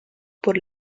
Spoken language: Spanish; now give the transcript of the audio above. por